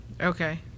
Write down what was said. Okay